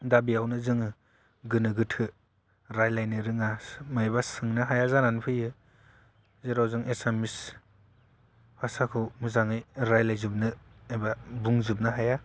दा बेयावनो जोङो गोनो गोथो रायलायनो रोङा मायबा सोंनो हाया जानानै फैयो जेराव जों एसामिस भासाखौ मोजाङै रायलायजोबनो एबा बुंजोबनो हाया